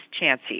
chancy